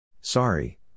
Sorry